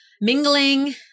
mingling